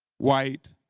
white,